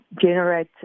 generate